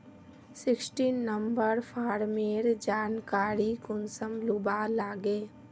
Sixteen number farmer जानकारी कुंसम लुबा लागे?